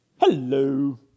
Hello